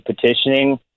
petitioning